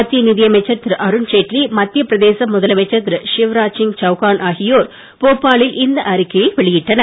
மத்திய நிதியமைச்சர் திரு அருண் ஜெட்லி மத்திய பிரதேச முதலமைச்சர் திரு ஷிவ்ராஜ் சிங் சவ்கான் ஆகியோர் போபாலில் இந்த அறிக்கையை வெளியிட்டனர்